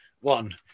one